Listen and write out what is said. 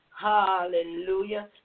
Hallelujah